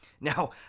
Now